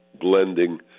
blending